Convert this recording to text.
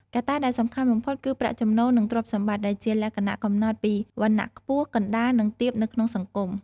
កត្តាដែលសំខាន់បំផុតគឺប្រាក់ចំណូល និងទ្រព្យសម្បត្តិ ដែលជាលក្ខណៈកំណត់ពីវណ្ណៈខ្ពស់ កណ្តាល និងទាបនៅក្នុងសង្គម។